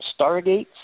stargates